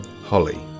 Holly